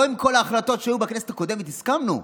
לא לכל ההחלטות שהיו בכנסת הקודמת הסכמנו,